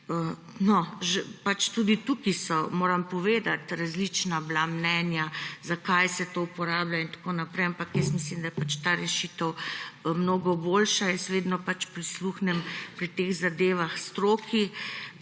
tudi tukaj so bila, moram povedati, različna mnenja, zakaj se to uporablja, ampak jaz mislim, da je pač ta rešitev mnogo boljša. Jaz vedno prisluhnem pri teh zadevah stroki.